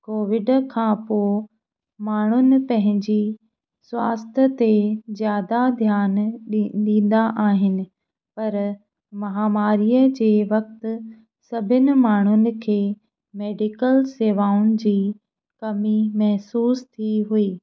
Covid खां पोइ माण्हूनि पंहिंजी स्वास्थ्यु ते जादा ध्यानु ॾी ॾींदा आहिनि पर महामारीअ जे वक्त सभिनि माण्हूनि खे मेडिकल सेवाऊंन जी कमी महसूसु थी हुई